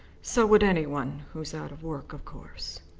so would any one who's out of work, of course.